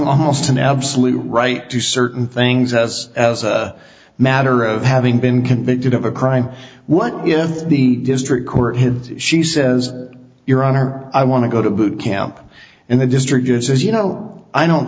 almost an absolute right to certain things us as a matter of having been convicted of a crime what if the district court had she says your honor i want to go to boot camp and the distributors as you know i don't